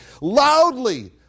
loudly